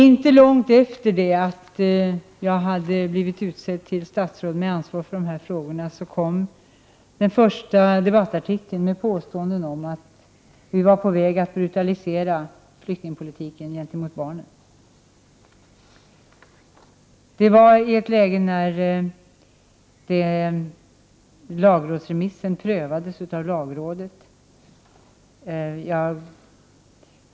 Inte långt efter det att jag hade blivit utsedd till statsråd med ansvar för dessa frågor kom den första debattartikeln med påståenden om att vi var på väg att brutalisera flyktingpolitiken gentemot barnen. Det vari ett läge när lagtexten prövades av lagrådet.